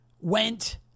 went